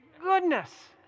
goodness